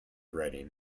writing